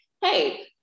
hey